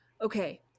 okay